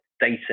data